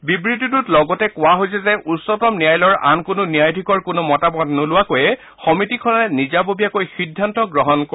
বিবৃতিটোত লগতে কোৱা হৈছে যে উচ্চতম ন্যায়ালয়ৰ আন কোনো ন্যায়াধীশৰ কোনো মতামত নোলোৱাকৈয়ে সমিতিখনে নিজাববীয়াকৈ সিদ্ধান্ত গ্ৰহণ কৰিব